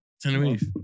Tenerife